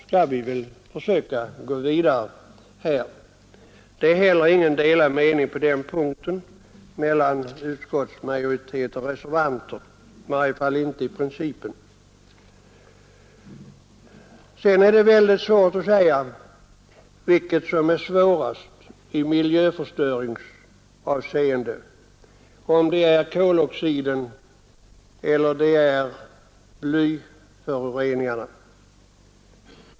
Det är på denna punkt inte heller, i varje fall i princip, några delade meningar mellan utskottsmajoritet och reservanter. Sedan är det väl mycket svårt att säga vilket som är svårast i miljöförstöringsavseende: koloxiden eller blyföroreningarna.